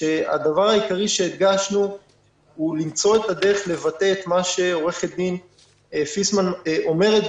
הדבר העיקרי שהדגשנו הוא למצוא את הדרך לבטא את מה שעו"ד פיסמן אומרת,